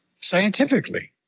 scientifically